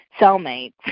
cellmates